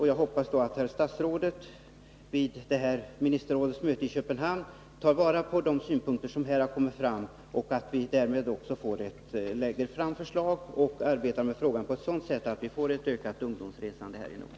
Jag hoppas därför att statsrådet tar vara på de synpunkter som här har kommit fram och vid ministerrådsmötet medverkar till beslut som främjar ungdomsresandet i Norden.